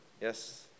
Yes